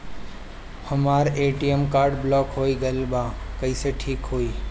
हमर ATM card block हो गईल बा ऊ कईसे ठिक होई?